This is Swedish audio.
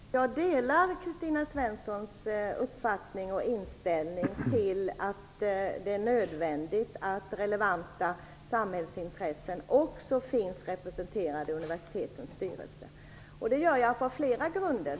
Herr talman! Jag delar Kristina Svenssons uppfattning att det är nödvändigt att relevanta samhällsintressen också finns representerade i universitetens styrelser. Det gör jag på flera grunder.